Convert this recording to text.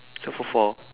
super four